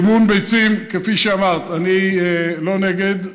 סימון ביצים, כפי שאמרת, אני לא נגד.